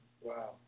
Wow